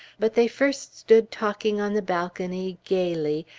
but they first stood talking on the balcony, gayly,